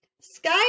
Sky